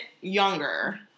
younger